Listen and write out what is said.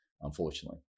unfortunately